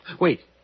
Wait